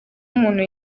umuntu